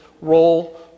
role